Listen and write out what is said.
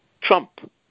Trump